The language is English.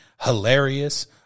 hilarious